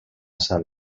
sant